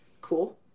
cool